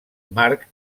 marc